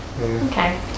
okay